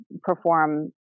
perform